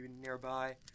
nearby